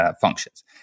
functions